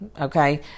okay